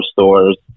stores